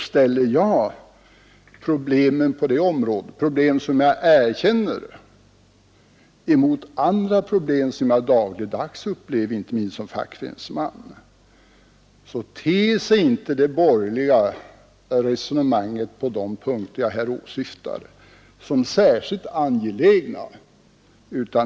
Ställer jag problemen på detta område — problem som jag erkänner — emot andra problem som jag dagligdags upplever, inte minst såsom fackföreningsman, ter sig de borgerliga resonemangen på de punkter jag här åsyftar inte särskilt angelägna.